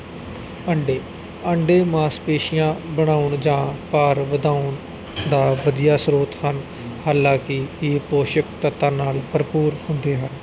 ਅੰਡੇ ਅੰਡੇ ਮਾਸਪੇਸ਼ੀਆਂ ਬਣਾਉਣ ਜਾਂ ਭਾਰ ਵਧਾਉਣ ਦਾ ਵਧੀਆ ਸਰੋਤ ਹਨ ਹਾਲਾਂਕਿ ਇਹ ਪੋਸ਼ਕ ਤੱਤਾਂ ਨਾਲ ਭਰਪੂਰ ਹੁੰਦੇ ਹਨ